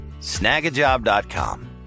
Snagajob.com